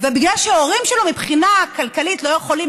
ובגלל שההורים שלו מבחינה כלכלית לא יכולים